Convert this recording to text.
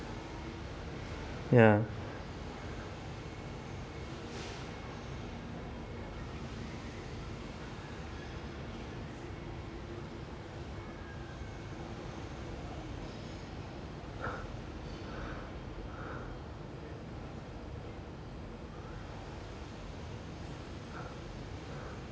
uh